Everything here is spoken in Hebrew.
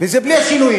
וזה בלי השינויים.